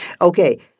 Okay